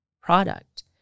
product